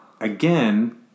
again